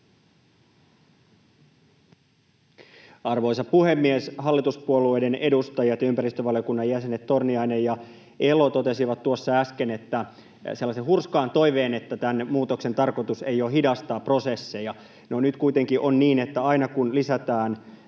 Arvoisa puhemies! Hallituspuolueiden edustajat ja ympäristövaliokunnan jäsenet Torniainen ja Elo totesivat tuossa äsken sellaisen hurskaan toiveen, että tämän muutoksen tarkoitus ei ole hidastaa prosesseja. No, nyt kuitenkin on niin, että aina kun lisätään